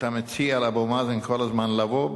שאתה מציע לאבו מאזן כל הזמן לבוא,